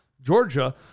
Georgia